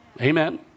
Amen